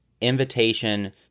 invitation